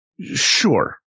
sure